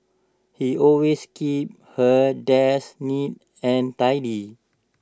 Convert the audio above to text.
he always keeps her desk neat and tidy